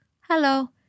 hello